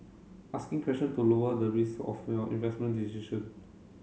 asking questions to lower the risk of your investment decision